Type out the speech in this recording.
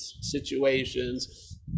situations